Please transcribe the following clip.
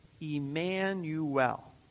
Emmanuel